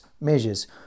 measures